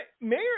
Mayor